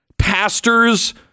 pastors